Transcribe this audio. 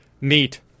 meet